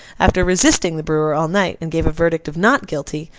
after resisting the brewer all night, and gave a verdict of not guilty,